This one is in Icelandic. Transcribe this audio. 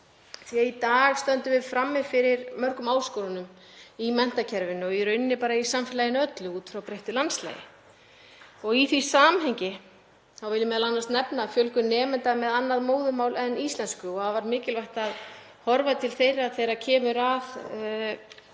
Í dag stöndum við frammi fyrir mörgum áskorunum í menntakerfinu og í rauninni bara í samfélaginu öllu út frá breyttu landslagi og í því samhengi vil ég m.a. nefna fjölgun nemenda með annað móðurmál en íslensku og það er afar mikilvægt að horfa til þeirra þegar kemur að